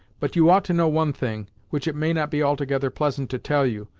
but you ought to know one thing, which it may not be altogether pleasant to tell you,